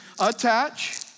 attach